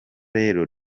rero